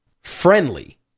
friendly